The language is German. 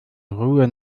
ruhe